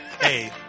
Hey